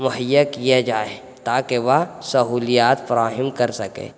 مہیا کیا جائے تاکہ وہ سہولیات فراہم کر سکے